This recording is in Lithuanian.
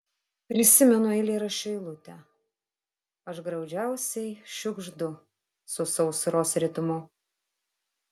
prisimenu eilėraščio eilutę aš graudžiausiai šiugždu su sausros ritmu